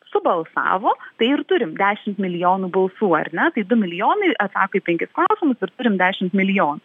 subalsavo tai ir turim dešimt milijonų balsų ar ne tai du milijonai atako į penkis klausimus ir turim dešimt milijonų